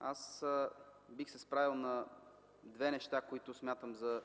Аз бих се спрял на две неща, които смятам за